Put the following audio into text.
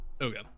Okay